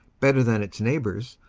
better than its neighbors,